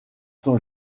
sont